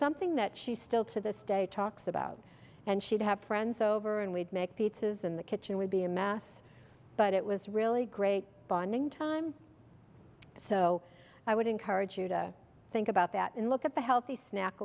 something that she still to this day talks about and she'd have friends over and we'd make pizzas in the kitchen would be a mess but it was really great bonding time so i would encourage you to think about that and look at the healthy snack